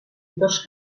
dos